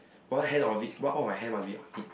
one hand of it why want my hair must be optic